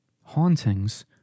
hauntings